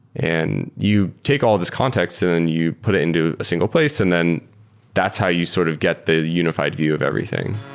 and you take all of these context and then you put it into a single place, and that's how you sort of get the unified view of everything.